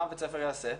מה בית הספר יעשה?